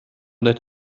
that